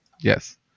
Yes